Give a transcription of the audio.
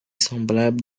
semblable